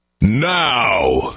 Now